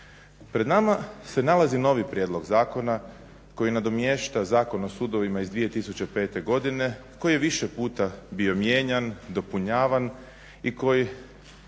Pred nama se nalazi novi prijedlog zakona, koji nadomješta Zakon o sudovima iz 2005. godine, koji je više puta bio mijenjan, dopunjavan, i koji